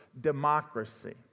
democracy